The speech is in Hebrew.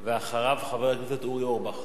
ואחריו, חבר הכנסת אורי אורבך.